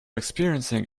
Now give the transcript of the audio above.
experiencing